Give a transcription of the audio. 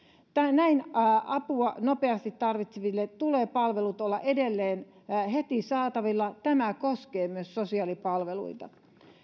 apua nopeasti tarvitseville tulee palveluiden olla edelleen heti saatavilla tämä koskee myös sosiaalipalveluita